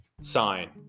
sign